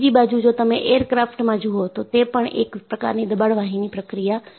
બીજી બાજુ જો તમે એરક્રાફ્ટ માં જુઓ તો તે પણ એક પ્રકારની દબાણ વાહિની કહેવાય છે